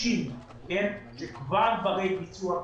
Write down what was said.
שמישים שכבר ברי ביצוע ב-2021.